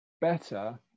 better